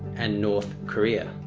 and north korea.